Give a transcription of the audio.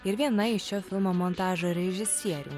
ir viena iš šio filmo montažo režisierių